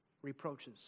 Reproaches